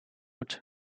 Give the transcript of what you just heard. oud